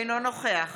אינו נוכח